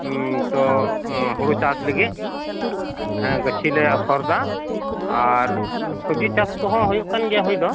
ᱛᱚ ᱦᱩᱲᱩ ᱪᱟᱥ ᱞᱟᱹᱜᱤᱫ ᱦᱮᱸ ᱜᱟᱹᱪᱷᱤᱞᱮ ᱟᱯᱷᱚᱨ ᱮᱫᱟ ᱟᱨ ᱥᱚᱵᱽᱡᱤ ᱪᱟᱥ ᱠᱚᱦᱚᱸ ᱦᱩᱭᱩᱜ ᱠᱟᱱ ᱜᱮᱭᱟ ᱦᱳᱭ ᱫᱚ